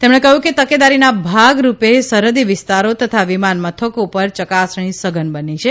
તેમણે કહ્યું કે તકેદારીના ભાગરૂપે સરહદી વિસ્તારો તથા વિમાનમથકો પર ચકાસણી સધન બનાવી છે